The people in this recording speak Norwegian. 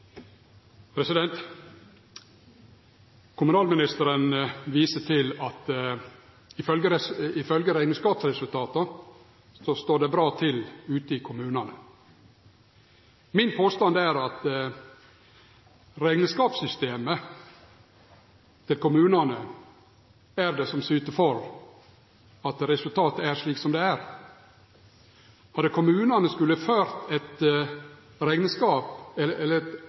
kr. Kommunalministeren viser til at ifølgje rekneskapsresultata står det bra til ute i kommunane. Min påstand er at rekneskapssystemet til kommunane er det som syter for at resultatet er slik som det er. Hadde kommunane skulle ført rekneskap etter eit